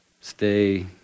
stay